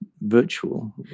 virtual